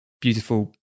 beautiful